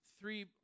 three